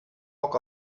bock